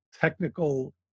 technical